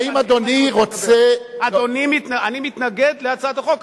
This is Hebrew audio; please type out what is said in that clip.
האם אדוני רוצה, אני מתנגד להצעת החוק.